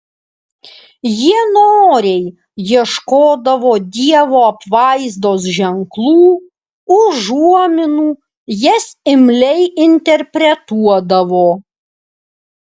jie noriai ieškodavo dievo apvaizdos ženklų užuominų jas imliai interpretuodavo